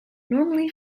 normally